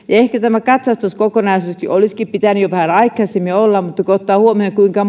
ehkä tämä katsastuskokonaisuuskin olisi pitänyt jo vähän aikaisemmin olla mutta kun ottaa huomioon kuinka